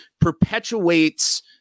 perpetuates